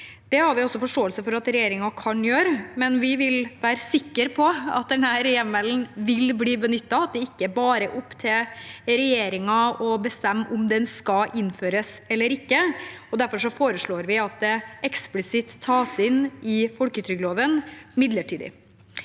Det har vi også forståelse for at regjeringen kan gjøre, men vi vil være sikre på at denne hjemmelen vil bli benyttet, og at det ikke bare er opp til regjeringen å bestemme om den skal innføres eller ikke. Derfor foreslår vi at det eksplisitt tas inn i folketrygdloven midlertidig.